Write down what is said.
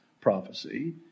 prophecy